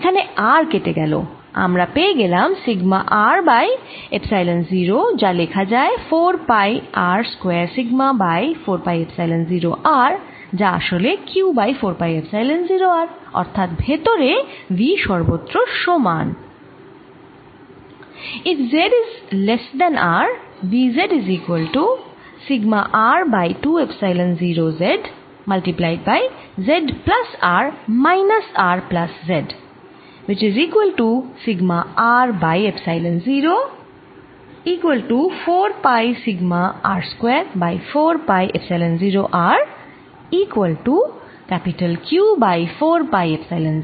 এখানে R কেটে গেল আমরা পেয়ে গেলাম সিগমা R বাই এপসাইলন 0 যা লেখা যায় 4 pi R square sigma by 4 pi epsilon 0 R যা আসলে q by 4 pi epsilon 0 R অর্থাৎ ভেতরে V সর্বত্র সমান থাকে